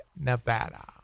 Nevada